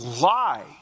lie